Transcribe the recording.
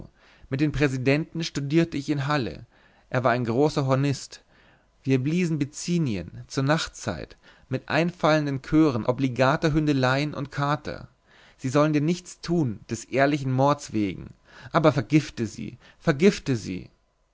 mit dem präsidenten studierte ich in halle es war ein großer hornist wir bliesen bizinien zur nachtzeit mit einfallenden chören obligater hündelein und kater sie sollen dir nichts tun des ehrlichen mords wegen aber vergifte sie vergifte sie